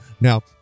Now